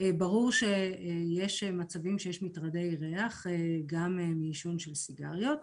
ברור שיש מצבים שיש מטרדי ריח גם מעישון של סיגריות,